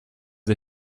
des